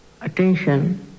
attention